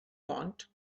want